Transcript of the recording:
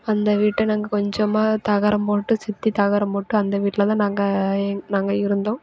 அந்த வீட்டை நாங்கள் கொஞ்சமாக தகரம் போட்டு சுத்தி தகரம் போட்டு அந்த வீட்டில் தான் நாங்கள் நாங்கள் இருந்தோம்